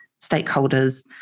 stakeholders